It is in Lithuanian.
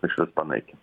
išvis panaikint